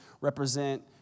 represent